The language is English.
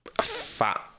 fat